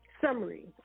summary